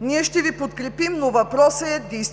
Ние ще Ви подкрепим, но въпросът е: